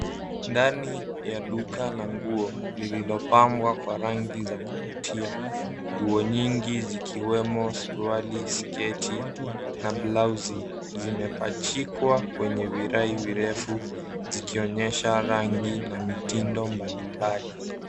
Ndani ya duka la nguo lililo pamba kwa rangi za kuvutia. Nguo nyingi zikiwemo suruali sketi na blausi zimepachikwa kwenye virai virefu zikionyesha rangi na mitindo mbalimbali.